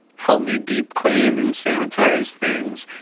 help me deep clean and sanitize things.